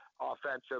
offensive